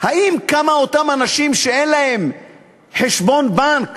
האם אותם אנשים שאין להם חשבון בנק